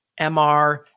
MR